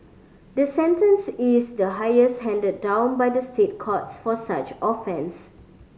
the sentence is the highest handed down by the State Courts for such offence